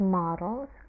models